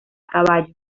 caballo